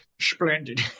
Splendid